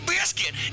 Biscuit